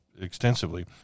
extensively